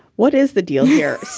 what is the deal here?